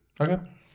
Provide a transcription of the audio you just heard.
Okay